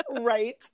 Right